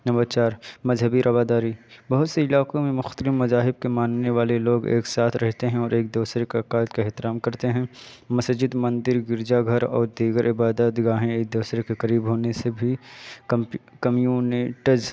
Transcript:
number چار مذہبی رواداری بہت سے علاقوں میں مختلف مذاہب کے ماننے والے لوگ ایک ساتھ رہتے ہیں اور ایک دوسرے کے اوقات کا احترام کرتے ہیں مسجد مندر گرجا گھر اور دیگر عبادات گاہیں ایک دوسرے کے قریب ہونے سے بھی کمیونٹز